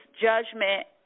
judgment